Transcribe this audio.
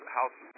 House